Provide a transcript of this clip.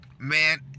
Man